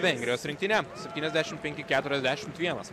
vengrijos rinktinę septyniasdešimt penki keturiasdešimt vienas